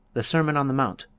the sermon on the mount,